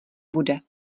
bude